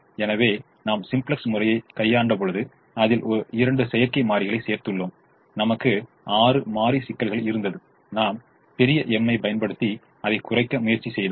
எனவே நாம் சிம்ப்ளக்ஸ் முறையை கையாண்ட பொழுது அதில் 2 செயற்கை மாறிகளை சேர்த்துள்ளோம் நமக்கு 6 மாறி சிக்கல்கள் இருந்தது நாம் பெரிய M ஐப் பயன்படுத்தி அதை குறைக்க முயற்சி செய்தோம்